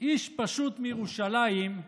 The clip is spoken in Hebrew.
"איש פשוט מירושלים",